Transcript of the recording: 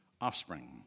offspring